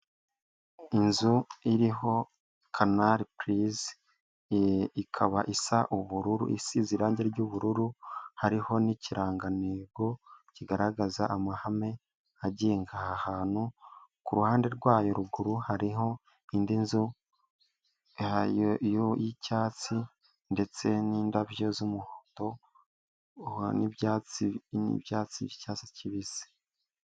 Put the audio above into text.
Inzu iriho canali purize, ikaba isa ubururu isize irangi ry'ubururu hariho n'ikirangantego kigaragaza amahame agenga aha hantu, ku ruhande rwayo ruguru hariho indi nzu y'icyatsi ndetse n'indabyo z'umuhondo n'ibyatsi n'ibyatsi by'icyatsi kibisi.